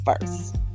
first